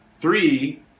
Three